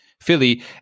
Philly